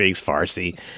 Farsi